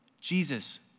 Jesus